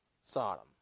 Sodom